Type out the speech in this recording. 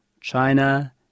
China